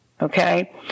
Okay